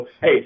hey